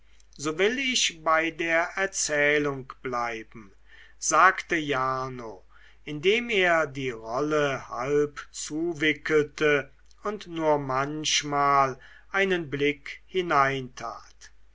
so will ich bei der erzählung bleiben sagte jarno indem er die rolle halb zuwickelte und nur manchmal einen blick hinein tat